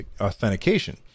authentication